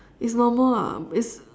it's normal ah it's